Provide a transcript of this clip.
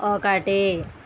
ఒకటి